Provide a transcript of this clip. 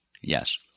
Yes